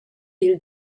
dil